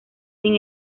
sin